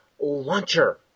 launcher